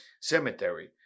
Cemetery